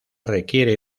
requiere